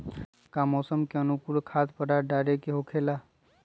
का मौसम के अनुकूल खाद्य पदार्थ डाले के होखेला?